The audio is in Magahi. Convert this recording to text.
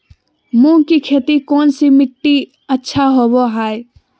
मूंग की खेती कौन सी मिट्टी अच्छा होबो हाय?